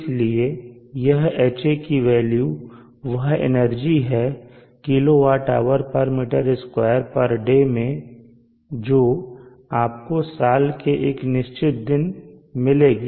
इसलिए यह Ha value वह एनर्जी है kWhm2 day में जो आपको साल के एक निश्चित दिन मिलेगी